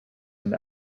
and